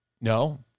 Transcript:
no